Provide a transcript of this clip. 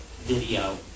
video